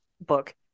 book